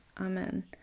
Amen